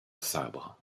sabre